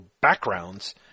backgrounds